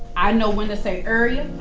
i know when to say urrea,